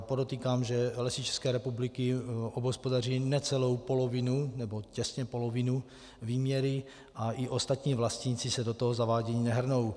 Podotýkám, že Lesy České republiky obhospodařují necelou polovinu, nebo těsně polovinu výměry a i ostatní vlastníci se do toho zavádění nehrnou.